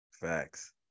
Facts